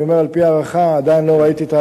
אני אומר על-פי הערכה, עדיין לא ראיתי את העבודה.